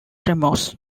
tremors